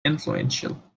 influential